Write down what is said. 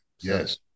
Yes